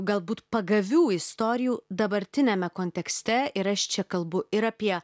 galbūt pagavių istorijų dabartiniame kontekste ir aš čia kalbu ir apie